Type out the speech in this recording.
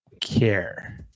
care